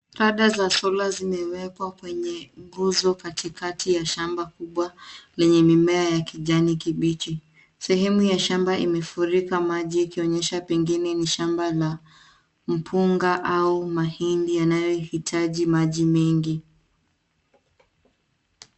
Kada za [solar] zimewekwa kwenye guzo katikati ya shamba kubwa lenye mimea ya kijani kibichi. Sehemu ya shamba imefurika maji ikionyesha pengine ni shamba la mpunga au mahindi yanayohitaji maji mengi.